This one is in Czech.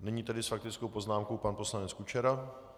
Nyní s faktickou poznámkou pan poslanec Kučera.